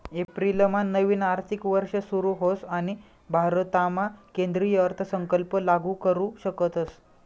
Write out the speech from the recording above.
एप्रिलमा नवीन आर्थिक वर्ष सुरू होस आणि भारतामा केंद्रीय अर्थसंकल्प लागू करू शकतस